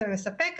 זה מספק,